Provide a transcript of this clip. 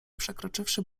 przekroczywszy